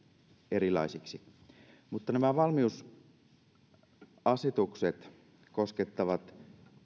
erilaisiksi nämä valmiusasetukset koskettavat